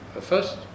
first